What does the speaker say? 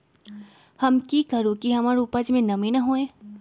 हम की करू की हमर उपज में नमी न होए?